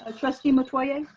ah trustee metoyer.